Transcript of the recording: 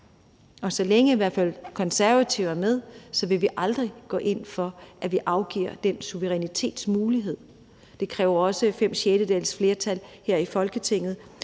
hvert fald Konservative er med, vil vi aldrig gå ind for, at man afgiver den suverænitetsmulighed. Det kræver også fem sjettedeles flertal her i Folketinget,